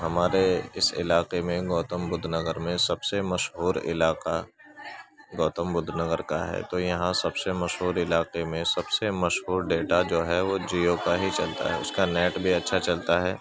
ہمارے اس علاقے میں گوتم بدھ نگر میں سب سے مشہور علاقہ گوتم بدھ نگر کا ہے تو یہاں سب سے مشہور علاقے میں سب سے مشہور ڈیٹا جو ہے وہ جیو کا ہی چلتا ہے اس کا نیٹ بھی اچھا چلتا ہے